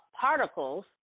particles